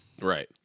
Right